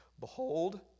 Behold